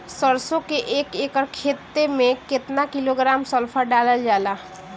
सरसों क एक एकड़ खेते में केतना किलोग्राम सल्फर डालल जाला?